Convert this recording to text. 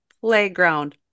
playground